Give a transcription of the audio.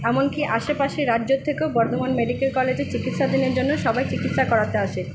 এমনকি আশেপাশের রাজ্যর থেকেও বর্ধমান মেডিকেল কলেজে চিকিৎসাধীনের জন্য সবাই চিকিৎসা করাতে আসে